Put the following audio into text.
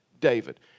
David